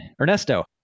Ernesto